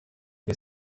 wir